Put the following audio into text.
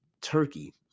turkey